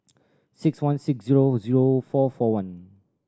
six one six zero zero four four one